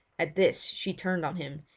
at this she turned on him,